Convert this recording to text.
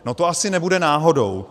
No, to asi nebude náhodou.